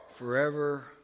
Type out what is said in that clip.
forever